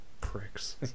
pricks